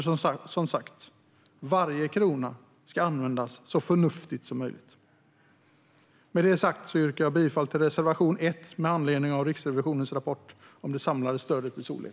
Som sagt: Varje krona ska användas så förnuftigt som möjligt. Med detta sagt yrkar jag bifall till reservation 1 med anledning av Riksrevisionens rapport om det samlade stödet till solel.